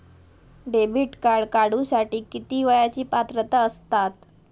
Debit card काढूसाठी किती वयाची पात्रता असतात?